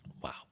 Wow